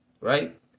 right